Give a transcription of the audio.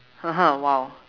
!wow!